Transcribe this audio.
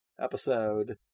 episode